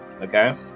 okay